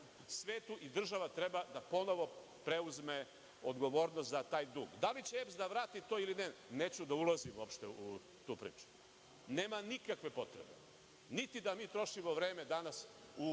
svetu i država treba ponovo da preuzme odgovornost za taj dug. Da li će EPS da vrati to ili ne, neću uopšte da ulazim u tu priču. Nema nikakve potrebe da mi trošimo vreme danas u